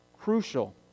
crucial